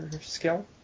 skill